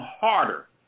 harder